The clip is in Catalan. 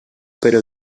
però